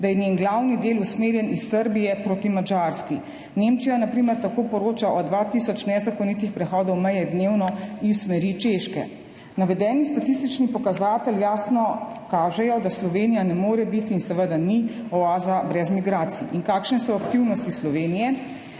da je njen glavni del usmerjen iz Srbije proti Madžarski. Nemčija, na primer, tako poroča o dva tisoč nezakonitih prehodih meje dnevno iz smeri Češke. Navedeni statistični pokazatelji jasno kažejo, da Slovenija ne more biti in seveda ni oaza brez migracij. In kakšne so aktivnosti Slovenije?